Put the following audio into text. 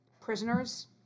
prisoners